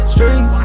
Street